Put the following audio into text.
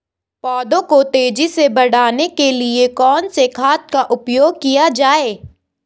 पौधों को तेजी से बढ़ाने के लिए कौन से खाद का उपयोग किया जाए?